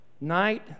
Night